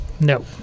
No